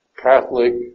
Catholic